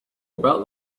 about